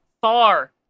far